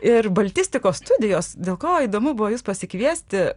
ir baltistikos studijos dėl ko įdomu buvo jus pasikviesti